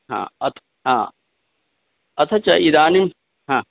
हा अथ् हा अथ च इदानीं ह